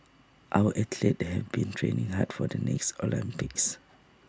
our athletes have been training hard for the next Olympics